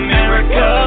America